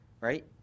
right